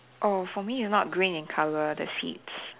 oh for me it's not green in colour the seats